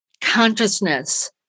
consciousness